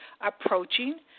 approaching